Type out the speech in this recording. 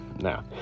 Now